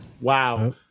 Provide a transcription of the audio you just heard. Wow